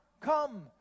come